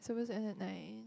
supposed to end at nine